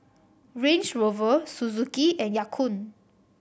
Range Rover Suzuki and Ya Kun